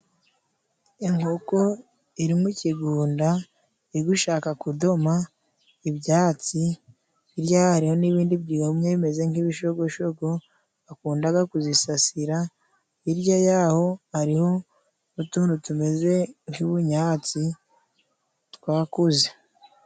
Inkoko iri mu kigunda iri igushaka kudoma ibyatsi, hirya yayo hariho n'ibindi byumye, bimeze nk'ibishogoshogo bakundaga kuzisasira. Hirya yaho hariho n'utuntu tumeze nk'ubunyatsi twakuze.